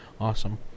Awesome